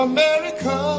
America